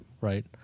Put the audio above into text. right